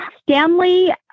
Stanley